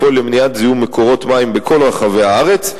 לפעול למניעת זיהום מקורות מים בכל רחבי הארץ,